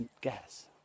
gas